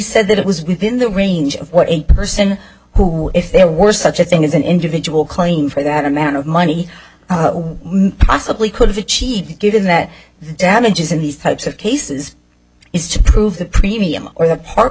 said that it was within the range of what a person who if there were such a thing as an individual claim for that amount of money possibly could have achieved that given that damages in these types of cases is to prove the premium or the park